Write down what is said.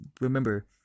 remember